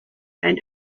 and